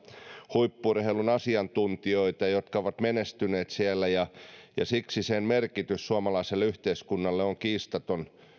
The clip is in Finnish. huippu urheilun asiantuntijoita jotka ovat menestyneet siellä ja siksi sen merkitys suomalaiselle yhteiskunnalle on kiistaton